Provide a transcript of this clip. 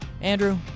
Andrew